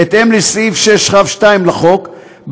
בהתאם לסעיף 6כ2 לחוק,